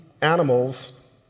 animals